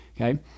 okay